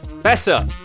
better